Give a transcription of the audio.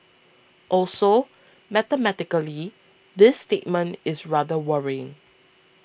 also mathematically this statement is rather worrying